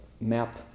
map